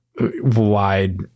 wide